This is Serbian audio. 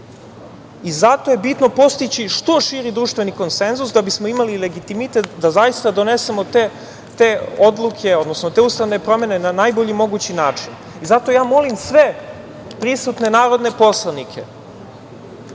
Zato je bitno postići što širi društveni konsenzus da bismo imali legitimitet da zaista donesemo te odluke, odnosno te ustavne promene na najbolji mogući način. Zato ja molim sve prisutne narodne poslanike